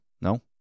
no